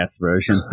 version